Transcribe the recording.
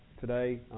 today